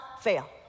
fail